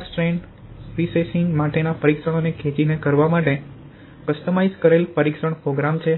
તેથી આ strand processing માટેના પરીક્ષણોને ખેંચીને કરવા માટે કસ્ટમાઇઝ કરેલ પરીક્ષણ પ્રોગ્રામ છે